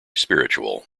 spiritual